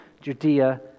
Judea